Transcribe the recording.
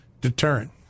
deterrent